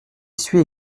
suis